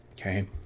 okay